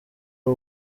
ari